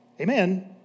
Amen